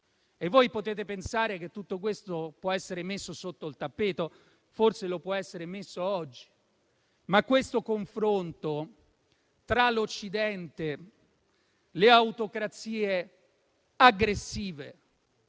e voi potete pensare che tutto questo possa essere messo sotto il tappeto? Forse è possibile farlo oggi, ma il confronto tra l'Occidente e le autocrazie aggressive,